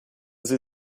sie